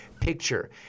picture